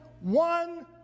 one